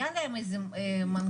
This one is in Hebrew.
היה להם איזה מנגנון.